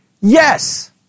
Yes